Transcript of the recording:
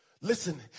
Listen